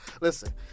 Listen